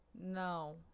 No